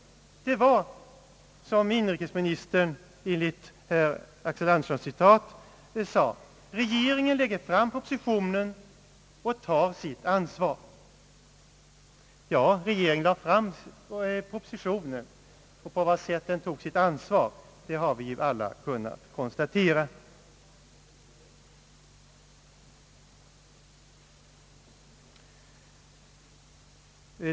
Det var som inrikesministern enligt herr Axel Anderssons citat sade: »Regeringen lägger fram propositionen och tar sitt ansvar.» Ja, regeringen lade fram propositionen, och på vad sätt den tog sitt ansvar, det har vi alla kunnat konstatera.